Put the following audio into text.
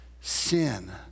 sin